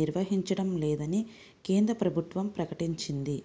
నిర్వహించడం లేదని కేంద్ర ప్రభుత్వం ప్రకటించింది